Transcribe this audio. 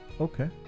okay